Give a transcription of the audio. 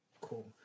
Cool